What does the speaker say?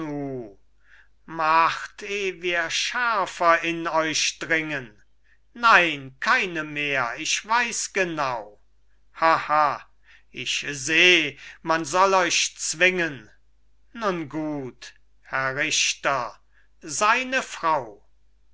eh wir schärfer in euch dringen nein keine mehr ich weiß genau ha ha ich seh man soll euch zwingen nun gut herr richter seine frau